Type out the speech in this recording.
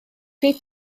nid